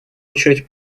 очередь